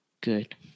Good